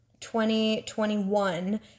2021